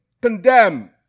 condemn